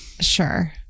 Sure